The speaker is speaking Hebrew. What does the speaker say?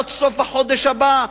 ועד סוף החודש הבא,